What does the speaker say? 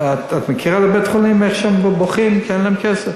את מכירה איך הם בבתי-חולים בוכים שאין להם כסף?